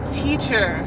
teacher